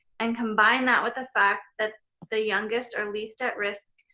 and, combine that with the fact that the youngest are least at risk,